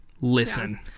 listen